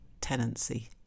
tenancy